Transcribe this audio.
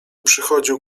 przychodził